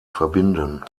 verbinden